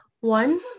One